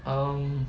um